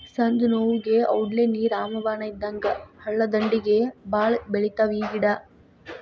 ಸಂದನೋವುಗೆ ಔಡ್ಲೇಣ್ಣಿ ರಾಮಬಾಣ ಇದ್ದಂಗ ಹಳ್ಳದಂಡ್ಡಿಗೆ ಬಾಳ ಬೆಳಿತಾವ ಈ ಗಿಡಾ